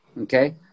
okay